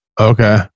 Okay